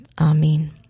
amen